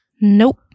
Nope